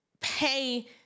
pay